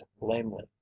lamely